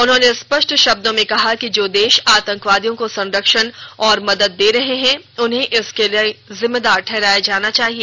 उन्होंने स्पष्ट शब्दों में कहा कि जो देश आतंकवादियों को संरक्षण और मदद दे रहे हैं उन्हें इसके लिए जिम्मेदार ठहराया जाना चाहिए